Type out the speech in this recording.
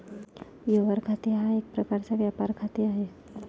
व्यवहार खाते हा एक प्रकारचा व्यापार खाते आहे